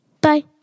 Bye